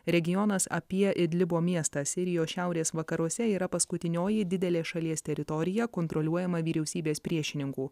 regionas apie idlibo miestą sirijos šiaurės vakaruose yra paskutinioji didelė šalies teritorija kontroliuojama vyriausybės priešininkų